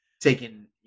taking